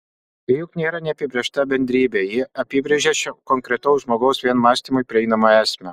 ji juk nėra neapibrėžta bendrybė ji apibrėžia šio konkretaus žmogaus vien mąstymui prieinamą esmę